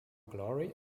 glory